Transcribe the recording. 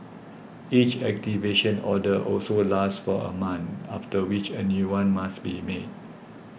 each activation order also lasts for a month after which a new one must be made